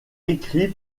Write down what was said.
écrit